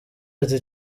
ati